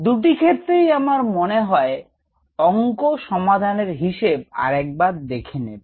দুটি ক্ষেত্রেই আমার মনে হয় অংক সমাধানের হিসেব আরেকবার দেখে নেব